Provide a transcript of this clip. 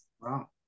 wow